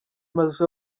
maj